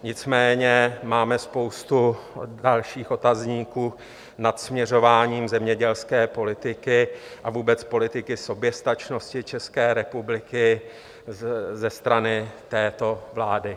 Nicméně máme spoustu dalších otazníků nad směřováním zemědělské politiky a vůbec politiky soběstačnosti České republiky ze strany této vlády.